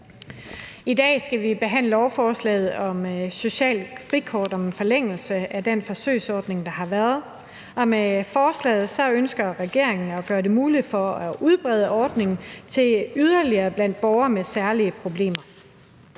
I dag skal vi behandle lovforslaget om socialt frikort, altså om en forlængelse af den forsøgsordning, der har været. Med forslaget ønsker regeringen at gøre det muligt at udbrede ordningen yderligere blandt borgere med særlige problemer.